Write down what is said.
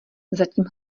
zatím